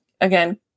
again